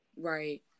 right